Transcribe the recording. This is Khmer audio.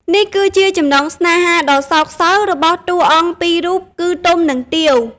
នេះគឺជាចំណងស្នេហាដ៏សោកសៅរបស់តួអង្គពីររូប គឺទុំ និងទាវ ។